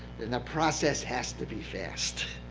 and process has to be fast.